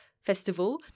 festival